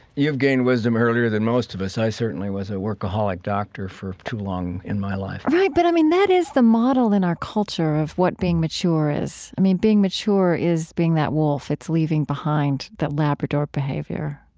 you've gained wisdom earlier than most of us. i certainly was a workaholic doctor for too long in my life right. but i mean that is the model in our culture of what being mature is. i mean, being mature is being that wolf. it's leaving behind the labrador behavior.